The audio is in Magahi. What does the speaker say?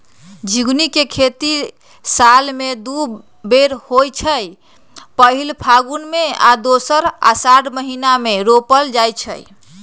झिगुनी के खेती साल में दू बेर होइ छइ पहिल फगुन में आऽ दोसर असाढ़ महिना मे रोपल जाइ छइ